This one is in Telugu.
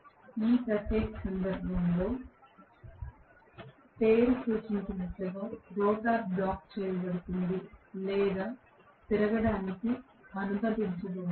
కాబట్టి ఈ ప్రత్యేక సందర్భంలో పేరు సూచించినట్లుగా రోటర్ బ్లాక్ చేయబడుతుంది లేదా తిరగటానికి అనుమతించబడదు